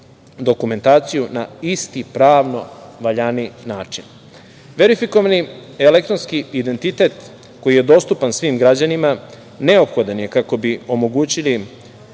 dokumentaciju na isti pravno valjani način. Verifikovani elektronski identitet koji je dostupan svim građanima neophodan je kako bi omogućili